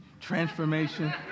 transformation